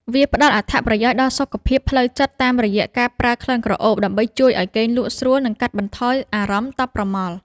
វាផ្ដល់អត្ថប្រយោជន៍ដល់សុខភាពផ្លូវចិត្តតាមរយៈការប្រើក្លិនក្រអូបដើម្បីជួយឱ្យគេងលក់ស្រួល និងកាត់បន្ថយអារម្មណ៍តប់ប្រមល់។